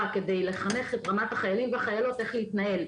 כדי לחנך את החיילים והחיילות איך להתנהל.